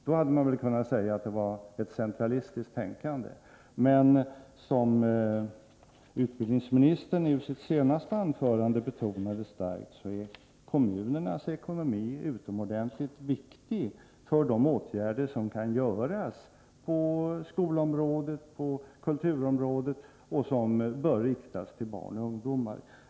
Då hade man väl kunnat säga att det var ett centralistiskt tänkande. Men som utbildningsministern starkt betonade i sitt senaste anförande är kommunernas ekonomi utomordentligt viktig för de åtgärder som kan vidtas på skolområdet och på kulturområdet och som riktas till barn och ungdomar.